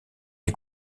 est